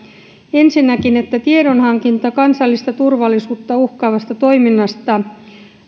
ensinnäkin että tiedonhankinta kansallista turvallisuutta uhkaavasta toiminnasta